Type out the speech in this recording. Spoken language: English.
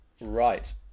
Right